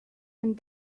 and